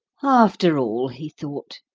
after all, he thought,